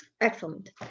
excellent